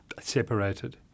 separated